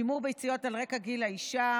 שימור ביציות על רקע גיל האישה,